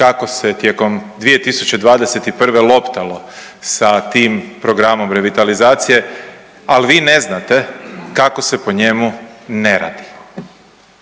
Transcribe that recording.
kako se tijekom 2021. loptalo sa tim programom revitalizacije, ali vi ne znate kako se po njemu ne radi.